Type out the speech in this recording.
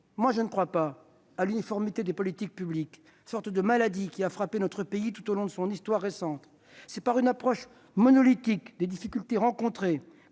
que je ne crois pas à l'uniformité des politiques publiques, sorte de maladie qui a frappé notre pays tout au long de son histoire récente. C'est en raison d'une approche monolithique des difficultés rencontrées,